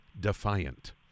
defiant